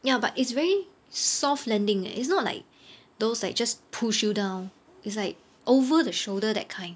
ya but it's very soft landing eh it's not like those like just push you down it's like over the shoulder that kind